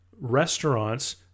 restaurants